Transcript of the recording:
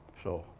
so,